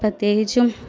പ്രതേകിച്ചും